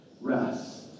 rest